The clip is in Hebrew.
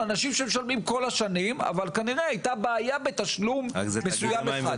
אלה אנשים שמשלמים כל השנים אבל כנראה הייתה בעיה בתשלום מסוים אחד.